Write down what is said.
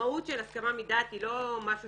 המהות של הסכמה מדעת היא לא משהו